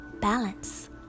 balance